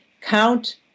count